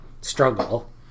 struggle